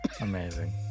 Amazing